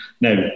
Now